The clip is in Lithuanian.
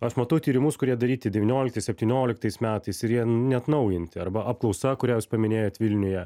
aš matau tyrimus kurie daryti devynioliktais septynioliktais metais ir jie neatnaujinti arba apklausa kurią jūs paminėjot vilniuje